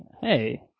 Hey